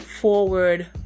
forward